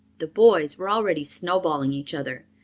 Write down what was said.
the boys were already snowballing each other,